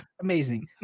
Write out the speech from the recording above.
Amazing